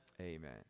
Amen